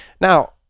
Now